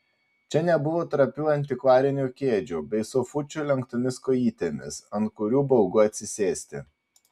čia nebuvo trapių antikvarinių kėdžių bei sofučių lenktomis kojytėmis ant kurių baugu atsisėsti